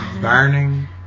Burning